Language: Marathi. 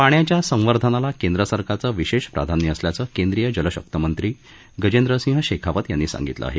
पाण्याच्या संवर्धनाला केंद्र सरकारचं विशेष प्राधान्य असल्याचं केंद्रीय जलशक्ती मंत्री गजेंद्रसिंह शेखावत यांनी सांगितलं आहे